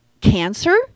cancer